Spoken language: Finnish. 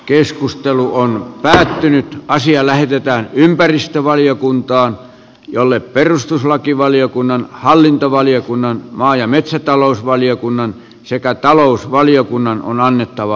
keskustelu on päätetty asia lähetetään ympäristövaliokuntaan jolle perustuslakivaliokunnan hallintovaliokunnan maa ja metsätalousvaliokunnan sekä eli pysytään asiassa